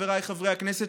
חבריי חברי הכנסת,